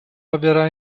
haverá